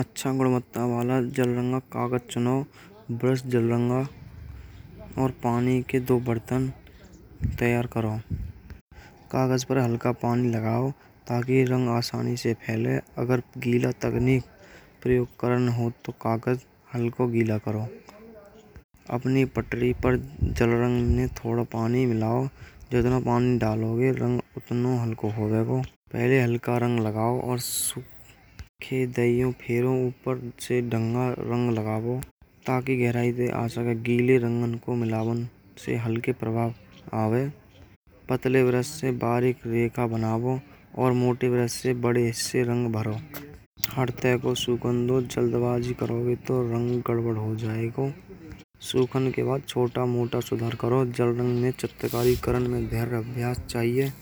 अच्छा वाला जल प्लस और पानी अच्छा वाला जलाओ और पानी के दो बर्तन तैयार करो। कागज पर हलका पानी लगाओ ताकि रंग आसानी से फैले। अगर गीला तकनीक प्रयोगकरण हो तो आज कल को गीला करो अपनी पटरि पर चल रहा है। थोड़ा पानी मिलाओ जितना पानी डालोगे रंग उतना अल्कोहल हो जाएगा। पहले हलका रंग लगाओ और ऊपर से दंगा रंग लगाबो, ताकि गहराई आ सके। गीले रंगन को मिला से हलके प्रभाव आवे, पतले ब्रश से बारीक रेखा बनाओ। और मोटिवेशन से बड़े से रंग भरों के बाद छोटा मोटा सुधार करो चरण में धैर्य चाहिए